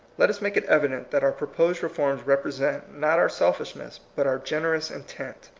let us make it evident that our proposed reforms represent, not our selfishness, but our gen erous intent.